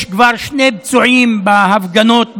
יש כבר שני פצועים בהפגנות בגולן,